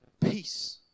peace